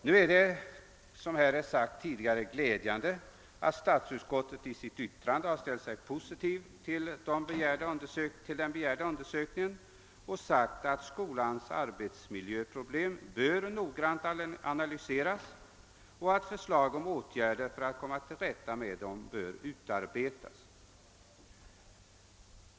Som redan framhållits i debatten är det glädjande att utskottet har ställt sig positivt till den begärda undersökningen och uttalat att skolans arbetsmiljöproblem noggrant bör analyseras samt att förslag om åtgärder för att komma till rätta med dem bör utarbetas.